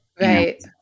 right